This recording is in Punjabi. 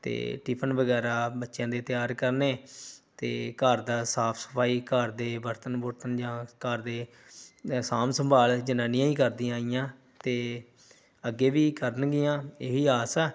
ਅਤੇ ਟਿਫਨ ਵਗੈਰਾ ਬੱਚਿਆਂ ਦੇ ਤਿਆਰ ਕਰਨੇ ਅਤੇ ਘਰ ਦਾ ਸਾਫ਼ ਸਫ਼ਾਈ ਘਰ ਦੇ ਬਰਤਨ ਬੁਰਤਨ ਜਾਂ ਘਰ ਦੇ ਸਾਂਭ ਸੰਭਾਲ ਜਨਾਨੀਆਂ ਹੀ ਕਰਦੀਆਂ ਆਈਆਂ ਅਤੇ ਅੱਗੇ ਵੀ ਕਰਨਗੀਆਂ ਇਹ ਹੀ ਆਸ ਹੈ